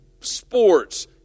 sports